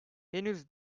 henüz